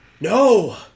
No